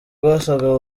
rwasabwe